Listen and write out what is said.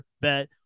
bet